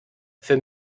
für